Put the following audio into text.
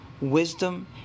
wisdom